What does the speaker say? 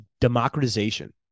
democratization